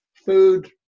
food